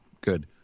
Good